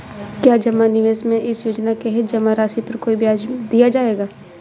क्या जमा निवेश में इस योजना के तहत जमा राशि पर कोई ब्याज दिया जाएगा?